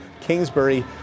Kingsbury